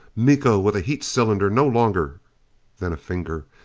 miko with a heat cylinder no longer than a finger.